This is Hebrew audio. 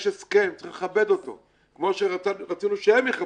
יש הסכם וצריך לכבד אותו כמו שרצינו שהם יכבדו.